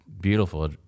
beautiful